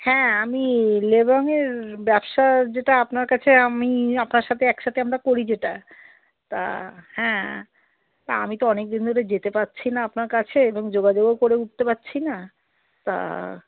হ্যাঁ আমি লেবঙের ব্যবসা যেটা আপনার কাছে আমি আপনার সাথে একসাথে আমরা করি যেটা তা হ্যাঁ তা আমি তো অনেকদিন ধরে যেতে পারছি না আপনার কাছে এবং যোগাযোগও করে উঠতে পারছি না তা